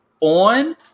on